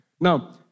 Now